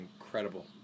incredible